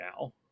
now